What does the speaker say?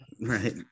Right